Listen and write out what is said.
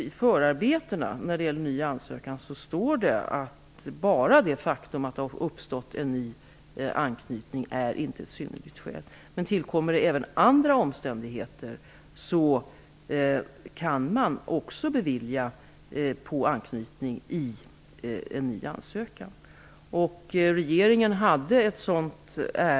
I förarbetena när det gäller ny ansökan står det att bara det faktum att det har uppstått en ny anknytning inte är ett synnerligt skäl. Men om det även tillkommer andra omständigheter kan man få en ny ansökan om uppehållstillstånd beviljad på grund av anknytning.